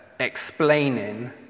Explaining